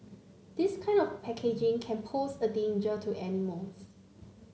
this kind of packaging can pose a danger to animals